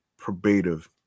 probative